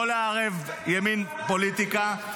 הוא משתף פעולה ----- לא לערב פוליטיקה.